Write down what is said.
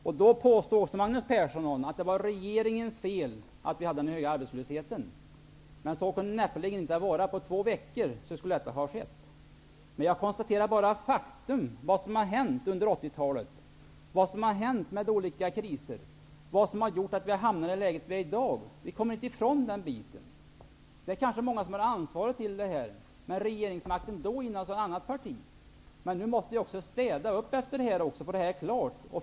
Också då påstod Magnus Persson att det var regeringens fel att vi hade den höga arbetslösheten. Så kunde det näppeligen inte vara. Detta skulle i så fall ha skett på två veckor. Jag konstaterar bara fakta -- vad som har hänt under 80-talet, vad som har hänt i och med olika kriser och vad som har gjort att vi har hamnat i det läge som råder i dag. Vi kommer inte ifrån den biten. Det kanske är många som är ansvariga för det här, men regeringsmakten innehades då av ett annat parti. Men nu måste vi också städa upp efter detta, få det här klart.